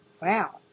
Wow